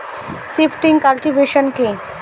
Shifting cultivation কি?